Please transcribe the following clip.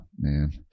man